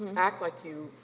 act like you,